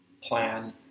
plan